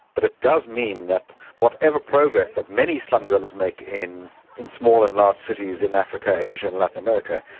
but it does mean that whatever progress that many slum-dwellers make in in small and large cities in africa, asia and latin-america,